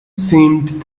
seemed